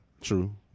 True